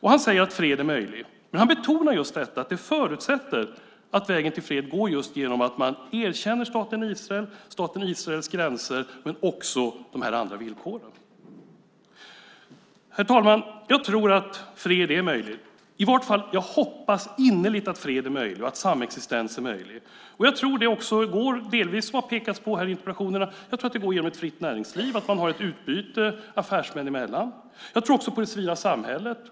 Han säger att fred är möjlig, men han betonar just detta att det förutsätter att vägen till fred går genom att man erkänner staten Israel och dess gränser men också de här andra villkoren. Herr talman! Jag tror att fred är möjlig. Jag hoppas i varje fall innerligt att fred och samexistens är möjlig. Jag tror också - det har också delvis pekats på i interpellationerna - att det går genom ett fritt näringsliv, att man har ett utbyte affärsmän emellan. Jag tror också på det civila samhället.